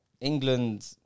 England